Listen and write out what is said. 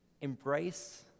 Embrace